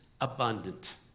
abundant